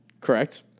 Correct